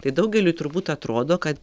tai daugeliui turbūt atrodo kad